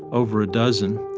over a dozen.